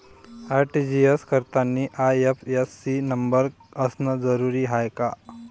RTGS करतांनी IFSC न number असनं जरुरीच हाय का?